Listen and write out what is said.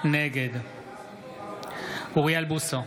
נגד אוריאל בוסו,